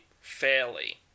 fairly